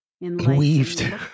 Weaved